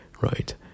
right